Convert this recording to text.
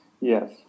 yes